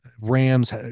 Rams